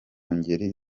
ngeri